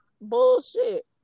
Bullshit